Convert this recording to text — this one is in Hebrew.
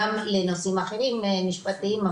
גם לנושאים אחרים משפטיים,